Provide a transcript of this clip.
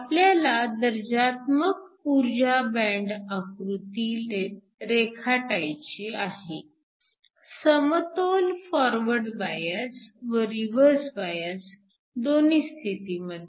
आपल्याला दर्जात्मक ऊर्जा बँड आकृती रेखाटायची आहे समतोल फॉरवर्ड बायस व रिवर्स बायस दोन्ही स्थितीमध्ये